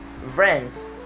friends